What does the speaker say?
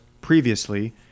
previously